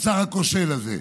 השר הכושל הזה.